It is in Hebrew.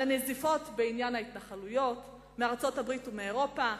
על הנזיפות בעניין ההתנחלויות מארצות-הברית ומאירופה?